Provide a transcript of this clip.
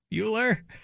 Euler